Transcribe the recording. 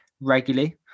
regularly